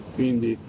quindi